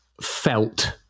felt